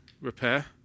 repair